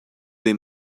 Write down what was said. they